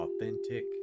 authentic